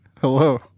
Hello